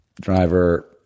Driver